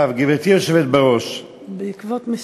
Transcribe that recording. גברתי היושבת בראש, בעקבות משיחא.